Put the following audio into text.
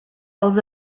els